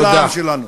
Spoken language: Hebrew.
של העם שלנו.